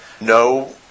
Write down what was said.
No